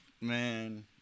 man